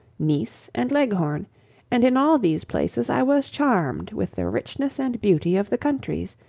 nice, and leghorn and in all these places i was charmed with the richness and beauty of the countries,